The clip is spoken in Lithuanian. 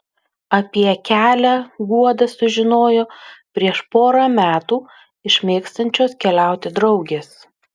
apie kelią guoda sužinojo prieš porą metų iš mėgstančios keliauti draugės